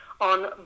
on